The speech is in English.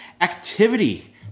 Activity